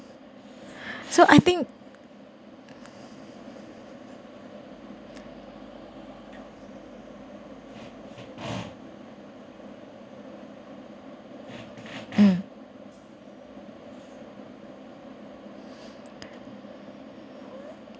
so I think uh